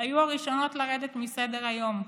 היו הראשונות לרדת מסדר-היום.